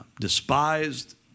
despised